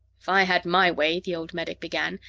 if i had my way the old medic began,